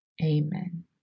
Amen